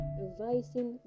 revising